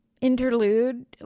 interlude